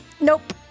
Nope